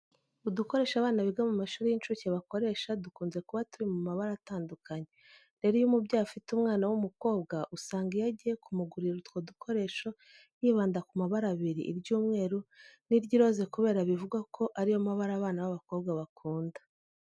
Udukoresho abana biga mu mashuri y'incuke bakoresha dukunze kuba turi mu mabara atandukanye. Rero iyo umubyeyi afite umwana w'umukobwa usanga iyo agiye kumugurira utwo dukoresho yibanda ku mabara abiri iry'umweru n'iry'iroze kubera bivugwa ko ari yo mabara abana b'abakobwa bakunda.